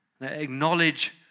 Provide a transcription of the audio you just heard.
Acknowledge